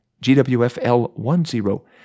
GWFL10